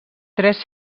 tres